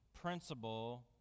principle